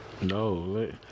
no